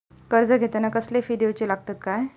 कर्ज घेताना कसले फी दिऊचे लागतत काय?